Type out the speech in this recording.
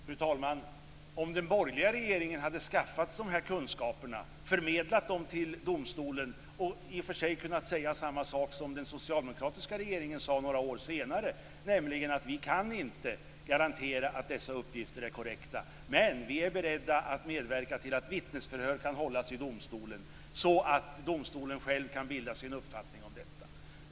Fru talman! Den borgerliga regeringen hade ju också kunnat skaffat sig de här kunskaperna, förmedlat dem till domstolen och sagt samma sak som den socialdemokratiska regeringen sade några år senare, nämligen att man inte kunde garantera att dessa uppgifter var korrekta, men att man var beredd att medverka till att vittnesförhör kunde hållas i domstolen så att domstolen själv kunde bilda sig en uppfattningen om detta.